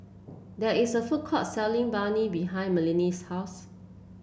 there is a food court selling Banh Mi behind Malissie's house